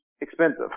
expensive